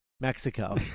Mexico